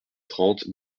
trente